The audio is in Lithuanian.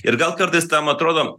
ir gal kartais tam atrodo